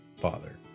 Father